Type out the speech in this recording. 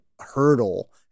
hurdle